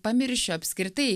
pamiršiu apskritai